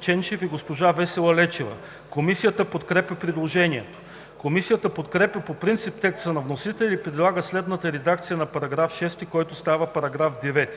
Ченчев и госпожа Весела Лечева. Комисията подкрепя предложението. Комисията подкрепя по принцип текста на вносителя и предлага следната редакция на § 6, който става § 9: